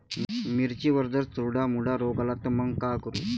मिर्चीवर जर चुर्डा मुर्डा रोग आला त मंग का करू?